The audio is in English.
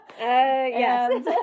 yes